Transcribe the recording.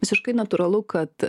visiškai natūralu kad